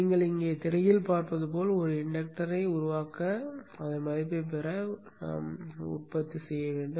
நீங்கள் இங்கே திரையில் பார்ப்பது போல் ஒரு இண்டக்டரை உருவாக்கி மதிப்பைப் பெற உற்பத்தி செய்ய வேண்டும்